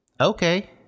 Okay